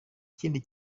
ikindi